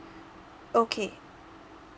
okay